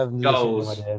goals